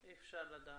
אי אפשר לדעת.